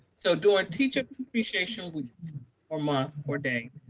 so during teacher appreciation week or month or day,